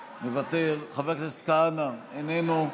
מוותר, חבר הכנסת כהנא, איננו,